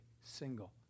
single